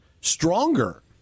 stronger